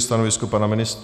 Stanovisko pana ministra?